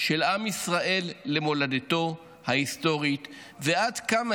של עם ישראל למולדתו ההיסטורית ועד כמה